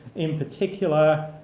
in particular,